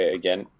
again